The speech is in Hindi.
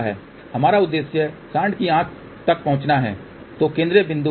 हमारा उद्देश्य साँड की आंख तक पहुंचना है जो केंद्रीय बिंदु है